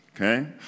okay